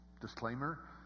disclaimer